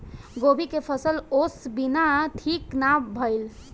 गोभी के फसल ओस बिना ठीक ना भइल